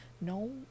No